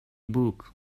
book